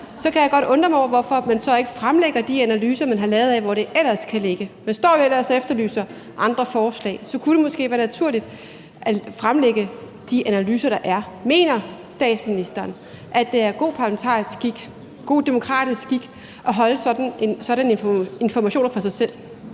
kan jeg godt undre mig over, hvorfor man så ikke fremlægger de analyser, man har lavet af, hvor det ellers kan ligge. Man står jo ellers og efterlyser andre forslag, og så kunne det måske være naturligt at fremlægge de analyser, der er. Mener statsministeren, at det er god demokratisk skik at holde sådanne informationer for sig selv?